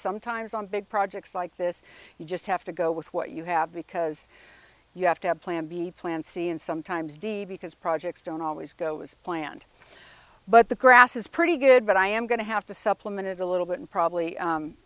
sometimes on big projects like this you just have to go with what you have because you have to have plan b plan c and sometimes d because projects don't always go as planned but the grass is pretty good but i am going to have to supplement it a little bit and probably